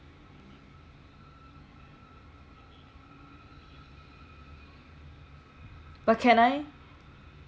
but can I